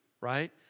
right